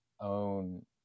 own